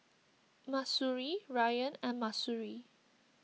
Mahsuri Ryan and Mahsuri